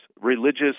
religious